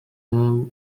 mwe